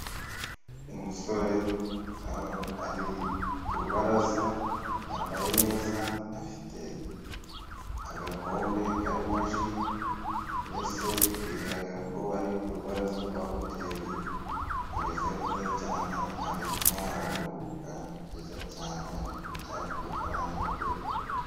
Umusore ari ku rubaraza yambaye neza afite agakombe karimo ji, mbese bigaragara ko ari ku rubaraza rwa hoteli, ameze neza cyane arimo araruhuka, ni byiza cyane ari kurya kudufaranga twe.